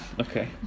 Okay